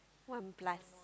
one plus